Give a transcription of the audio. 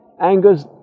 anger's